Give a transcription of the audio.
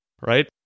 right